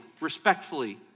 respectfully